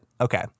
okay